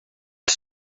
els